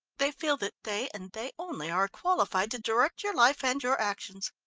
they feel that they and they only are qualified to direct your life and your actions.